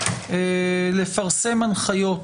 לפרסם הנחיות